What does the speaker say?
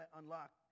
unlock